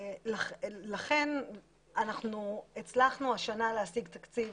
אנחנו הצלחנו השנה להשיג תקציב